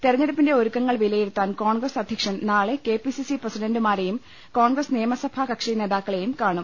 തെരഞ്ഞെടു പ്പിന്റെ ഒരുക്കങ്ങൾ വിലയിരുത്താൻ കോൺഗ്രസ് അധ്യക്ഷൻ നാളെ കെ പി സി സി പ്രസിഡന്റുമാരെയും കോൺഗ്രസ് നിയമസഭാകക്ഷിനേതാക്കളെയും കാണും